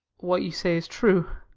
what you say is true,